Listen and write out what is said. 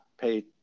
pay